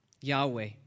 Yahweh